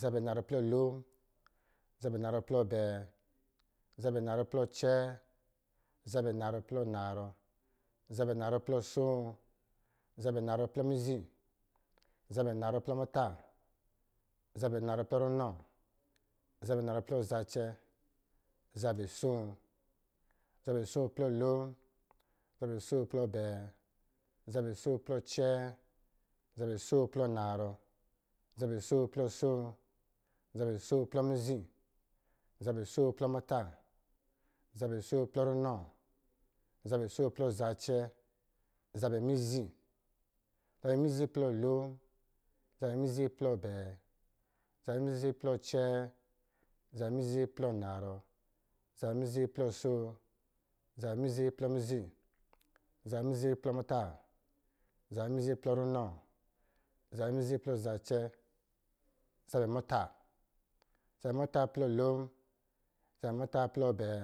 Zabɛ anarɔ plɔ abɛɛ, zabɛ anarɔ plɔ acɛɛ, zabɛ anarɔ plɔ anarɔ, zabɛ anarɔ plɔ asoo, zabɛ anarɔ plɔ mizi, zabɛ anarɔ plɔ muta, zabɛ anarɔ plɔ runɔ, zabɛ anarɔ plɔ zacɛ, zabɛ asoo, zabɛ asoo plɔ lon, zabɛ asoo plɔ abɛɛ, zabɛ asoo plɔ asoo, zabɛ asoo plɔ mizi, zabɛ asoo plɔ muta, zabɛ asoo plɔ runɔ, zabɛ asoo plɔ zacɛ, zabɛ mizi, zabɛ mizi plɔ lon, zabɛ mizi plɔ abɛɛ, zabɛ mizi plɔ acɛɛ, zabɛ mizi plɔ anarɔ, zabɛ mizi plɔ asoo, zabɛ mizi plɔ mizi, zabɛ mizi plɔ muta, zabɛ mizi plɔ runɔ, zabɛ mizi plɔ zacɛ, zabɛ muta, zabɛ muta plɔ lon, zabɛ muta plɔ abɛɛ,